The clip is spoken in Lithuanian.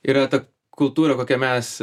yra ta kultūra kokią mes